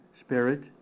Spirit